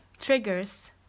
triggers